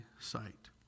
sight